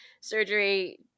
Surgery